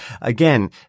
again